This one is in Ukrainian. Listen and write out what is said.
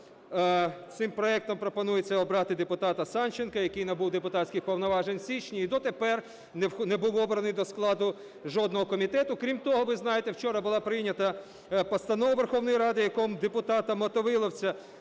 цим проектом пропонується обрати депутата Санченка, який набув депутатських повноважень у січні і дотепер не був обраний до складу жодного комітету. Крім того, ви знаєте, вчора була прийнята постанова Верховної Ради, у якій депутата Мотовиловця